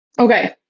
Okay